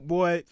Boy